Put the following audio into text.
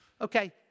Okay